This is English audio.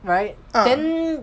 then